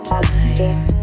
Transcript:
time